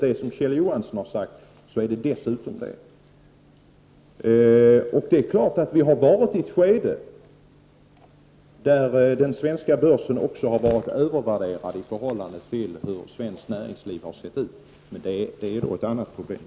Det är klart att vi har varit i ett skede där den svenska börsen har varit övervärderad i förhållande till hur svenskt näringsliv har sett ut, men det är ett annat problem.